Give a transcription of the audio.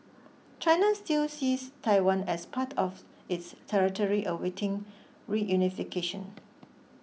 China still sees Taiwan as part of its territory awaiting reunification